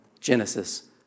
Genesis